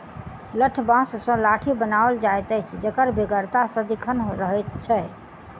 लठबाँस सॅ लाठी बनाओल जाइत अछि जकर बेगरता सदिखन रहैत छै